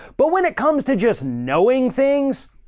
but when it comes to just knowing things,